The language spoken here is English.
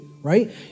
Right